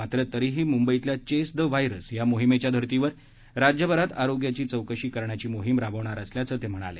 मात्र तरीही मुंबईतल्या चेस द व्हायरस या मोहिमेच्या धर्तीवर राज्यभरात आरोग्याची चौकशी करण्याची मोहिम राबवणार असल्याचं त्यांनी सांगितलं